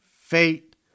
Fate